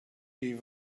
die